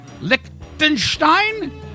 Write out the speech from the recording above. Liechtenstein